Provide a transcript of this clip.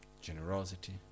generosity